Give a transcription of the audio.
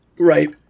Right